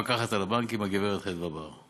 למפקחת על הבנקים הגברת חדוה בר.